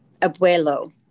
abuelo